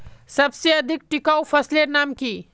सबसे अधिक टिकाऊ फसलेर नाम की?